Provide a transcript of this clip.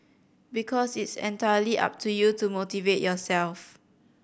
because it's entirely up to you to motivate yourself